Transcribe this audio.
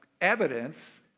Evidence